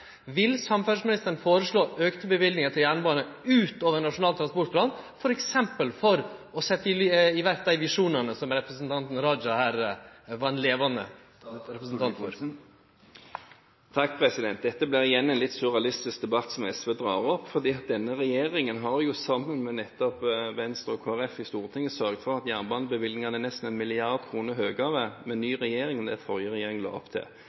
Vil samferdselsministeren foreslå auka løyvingar til jernbane utover Nasjonal transportplan, f.eks. for å setje i verk dei visjonane som representanten Raja her var ein levande representant for? Dette blir igjen en litt surrealistisk debatt som SV drar opp, fordi denne regjeringen har jo, sammen med nettopp Venstre og Kristelig Folkeparti i Stortinget, sørget for at jernbanebevilgningene er nesten 1 mrd. kr høyere enn det den forrige regjeringen la opp til.